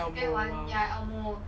elmo !wow!